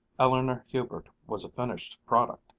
eleanor hubert was a finished product,